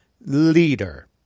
leader